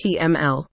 html